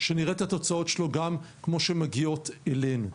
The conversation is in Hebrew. שנראה את התוצאות שלו גם כמו שהם מגיעות אלינו.